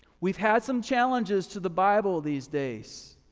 we've had some challenges to the bible these days.